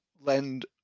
lend